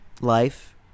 life